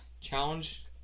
challenge